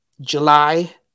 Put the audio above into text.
July